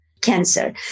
cancer